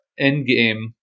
endgame